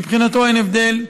מבחינתו אין הבדל: